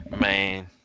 Man